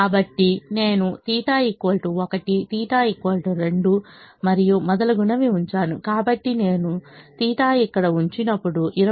కాబట్టి నేను θ 1 θ 2 మరియు మొదలగునవి ఉంచాను కాబట్టి నేను θ ఇక్కడ ఉంచినప్పుడు 25 θ